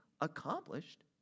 accomplished